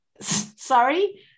sorry